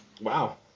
wow